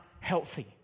healthy